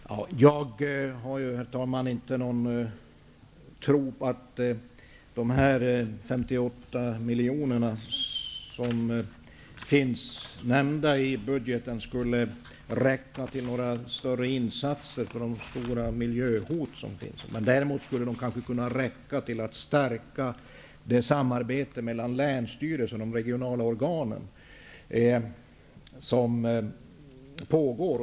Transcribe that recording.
Herr talman! Jag har inte någon tro på att dessa 56 miljoner som finns nämnda i budgeten skulle räcka till några större insatser när det gäller de miljöhot som finns. Däremot skulle de kanske kunna räcka till att stärka det samarbete mellan länstyrelsen och de regionala organen som pågår.